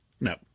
No